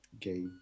gay